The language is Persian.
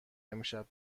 امشب